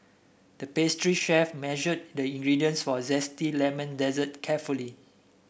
the pastry chef measured the ingredients for a zesty lemon dessert carefully